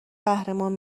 قهرمان